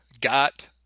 got –